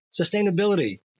Sustainability